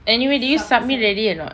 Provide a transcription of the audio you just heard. anyway did you submit already or not